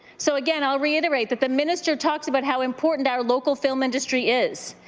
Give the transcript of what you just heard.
so, again, i'll reiterate that the minister talked about how important our local film industry is.